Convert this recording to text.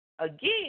Again